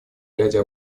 ряде